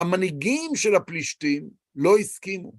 המנהיגים של הפלישתים לא הסכימו.